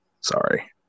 sorry